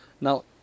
Now